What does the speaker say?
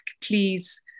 please